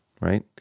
right